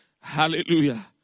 Hallelujah